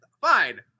fine